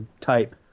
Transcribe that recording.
type